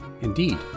Indeed